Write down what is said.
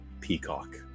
peacock